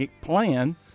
plan